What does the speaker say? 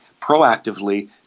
proactively –